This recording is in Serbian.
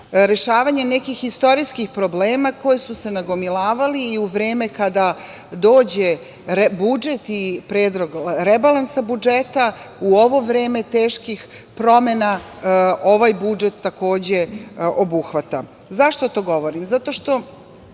rešavanje nekakvih istorijskih problema koje su se nagomilavali i u vreme kada dođe budžet i Predlog rebalansa budžeta u ovo vreme teških promena ovaj budžet, takođe obuhvata.Zašto to govorim? Zato što